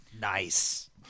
Nice